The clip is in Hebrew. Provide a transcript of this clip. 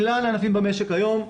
מכלל הענפים במשק היום,